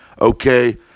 okay